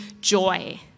joy